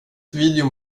videon